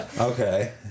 Okay